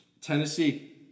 Tennessee